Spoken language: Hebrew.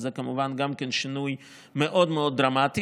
אז כמובן שזה גם כן שינוי מאוד מאוד דרמטי.